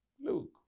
look